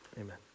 amen